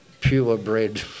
purebred